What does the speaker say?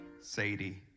sadie